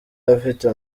afite